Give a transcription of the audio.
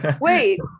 wait